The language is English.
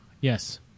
Yes